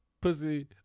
pussy